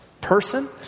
person